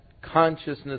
consciousness